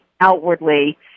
outwardly